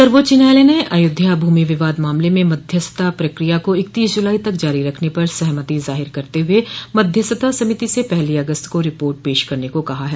सर्वोच्च न्यायालय ने अयोध्या भूमि विवाद मामले में मध्यस्थता प्रक्रिया को इकतीस जुलाई तक जारी रखने पर सहमति जाहिर करते हुए मध्यस्थता समिति से पहली अगस्त को रिपोर्ट पेश करने को कहा है